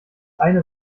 eine